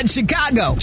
Chicago